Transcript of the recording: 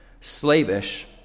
slavish